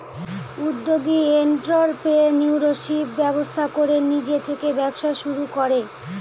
উদ্যোগী এন্ট্ররপ্রেনিউরশিপ ব্যবস্থা করে নিজে থেকে ব্যবসা শুরু করে